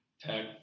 Tag